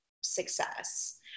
success